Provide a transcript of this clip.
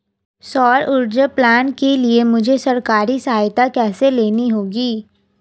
सौर ऊर्जा प्लांट के लिए मुझे सरकारी सहायता कैसे लेनी होगी?